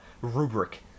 rubric